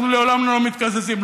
אנחנו לעולם לא מתקזזים.